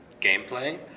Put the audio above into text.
gameplay